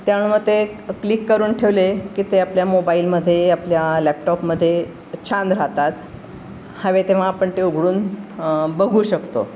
त्याणम ते क्लिक करून ठेवले की ते आपल्या मोबाईलमध्ये आपल्या लॅपटॉपमध्ये छान राहतात हवे तेव्हा आपण ते उघडून बघू शकतो